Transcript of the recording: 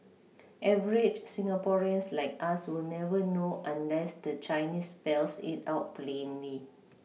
Average Singaporeans like us will never know unless the Chinese spells it out plainly